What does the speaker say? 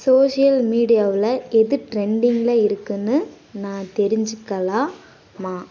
social மீடியாவில் எது ட்ரெண்டிங்கில் இருக்குதுன்னு நான் தெரிஞ்சிக்கலா மா